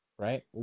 right